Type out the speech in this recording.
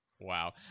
wow